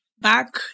Back